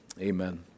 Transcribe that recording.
Amen